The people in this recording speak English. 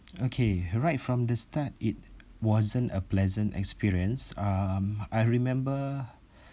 okay right from the start it wasn't a pleasant experience um I remember